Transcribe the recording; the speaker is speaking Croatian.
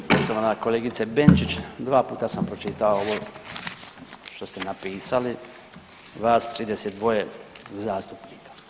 Poštovana kolegice Benčić, dva puta sam pročitao ovo što ste napisali, vas 32 zastupnika.